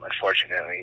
unfortunately